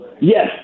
Yes